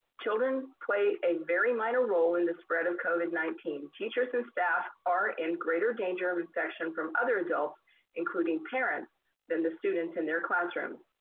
children play a very minor role in the spread of covid nineteen. teachers and staff are in greater danger of infection from other adults including parents than the students in their classrooms.